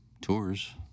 tours